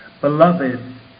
Beloved